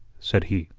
said he.